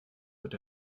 wird